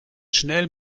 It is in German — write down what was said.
schnell